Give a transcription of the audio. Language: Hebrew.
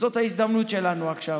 וזאת ההזדמנות שלנו עכשיו.